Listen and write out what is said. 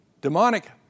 Demonic